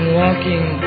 walking